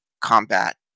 combat